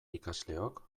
ikasleok